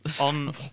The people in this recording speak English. on